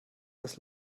das